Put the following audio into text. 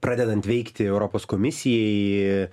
pradedant veikti europos komisijai